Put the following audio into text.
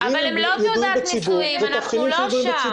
אם הם ידועים בציבור זה תבחינים של ידועים בציבור.